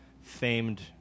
famed